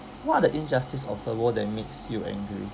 what are the injustice of the world that makes you angry